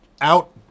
out